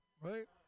right